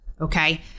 Okay